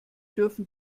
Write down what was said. dürfen